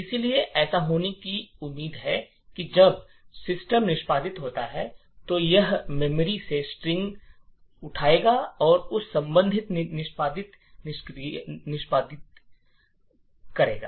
इसलिए ऐसा होने की उम्मीद है कि जब सिस्टम निष्पादित होता है तो यह स्मृति से स्ट्रिंग उठाएगा और उस संबंधित निष्पादित करेगा